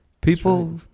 People